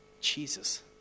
Jesus